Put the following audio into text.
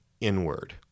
inward